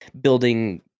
building